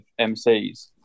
MCs